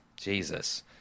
Jesus